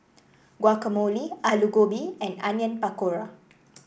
Guacamole Alu Gobi and Onion Pakora